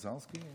מָזַרסקי?